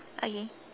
okay